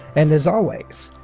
and as always,